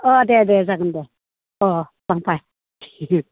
अ दे दे जागोन दे अ लांफै